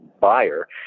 buyer